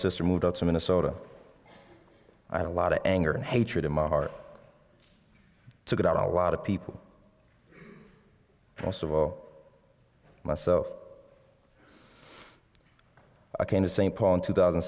sister moved out so minnesota i had a lot of anger and hatred in my heart to get out a lot of people most of all myself i came to st paul in two thousand